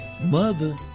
Mother